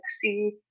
see